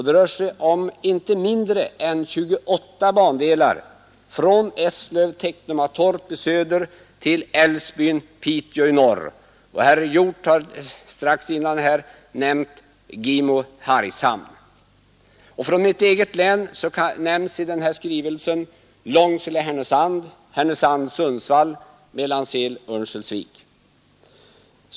Det gäller inte mindre än 28 bandelar, från Eslöv—Tekomatorp i söder till Älvsbyn—Piteå i norr; herr Hjorth har tidigare nämnt sträckan Gimo—Hargshamn. Från mitt eget län nämns i denna skrivelse sträckorna Långsele—Härnösand, Härnösand—Sundsvall och Mellansel—-Örnsköldsvik.